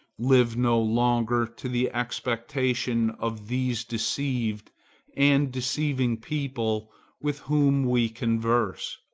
live no longer to the expectation of these deceived and deceiving people with whom we converse.